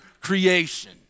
creation